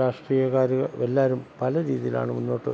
രാഷ്ട്രീയക്കാർ എല്ലാവരും പല രീതിയിലാണ് മുന്നോട്ട്